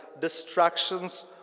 distractions